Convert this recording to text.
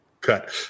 cut